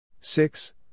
Six